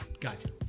Gotcha